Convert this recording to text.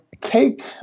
take